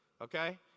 okay